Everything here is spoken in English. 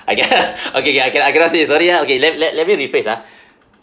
I cann~ okay okay I can~ I cannot say sorry ah okay let let let me rephrase ah